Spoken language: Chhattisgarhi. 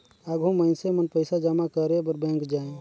आघु मइनसे मन पइसा जमा करे बर बेंक जाएं